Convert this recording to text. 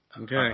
Okay